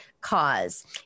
cause